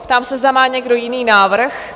Ptám se, zda má někdo jiný návrh?